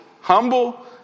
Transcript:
humble